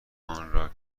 آنرا